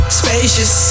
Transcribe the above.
spacious